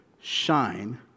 shine